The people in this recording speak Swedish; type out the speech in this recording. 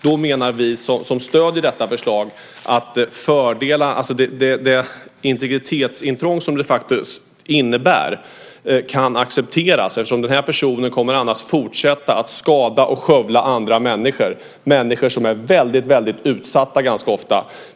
Då menar vi som stöder detta förslag att det integritetsintrång som det faktiskt innebär kan accepteras eftersom den här personen annars kommer att fortsätta med att skada och skövla andra människor - människor som ganska ofta är väldigt utsatta.